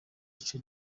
ico